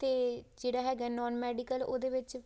ਅਤੇ ਜਿਹੜਾ ਹੈਗਾ ਨੋਨ ਮੈਡੀਕਲ ਉਹਦੇ ਵਿੱਚ